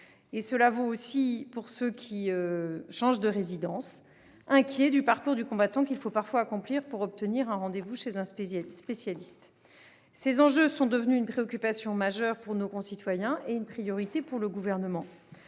Ils sont aussi inquiets face au parcours du combattant qu'il faut parfois accomplir pour obtenir un rendez-vous chez un spécialiste. Ces enjeux sont devenus une préoccupation majeure pour nos concitoyens et une priorité pour le Gouvernement.